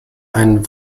einen